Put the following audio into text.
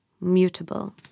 mutable